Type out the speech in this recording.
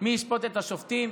מי ישפוט את השופטים?